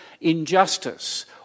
injustice